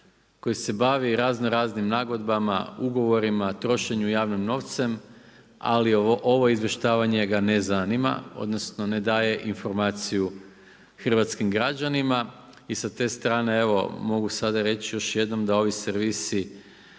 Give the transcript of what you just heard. Koji se bavi raznoraznim nagodbama, ugovorima, trošenju javnim novcem, ali ovo izvještavanje ga ne zanima, odnosno ne daje informaciju hrvatskim građanima i sa te strane evo mogu sada reći još jednom, da ovi servisi